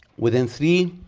within three